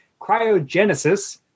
cryogenesis